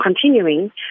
continuing